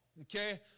Okay